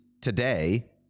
today